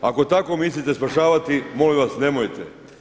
Ako tako mislite spašavati molim vas nemojte.